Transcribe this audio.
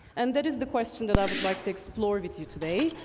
and that is the question that i would like to explore with you today,